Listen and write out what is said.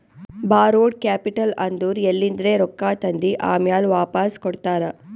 ಬಾರೋಡ್ capital ಅಂದುರ್ ಎಲಿಂದ್ರೆ ರೊಕ್ಕಾ ತಂದಿ ಆಮ್ಯಾಲ್ ವಾಪಾಸ್ ಕೊಡ್ತಾರ